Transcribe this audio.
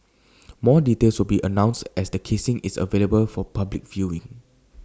more details will be announced as the casing is available for public viewing